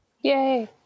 Yay